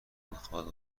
نخواهد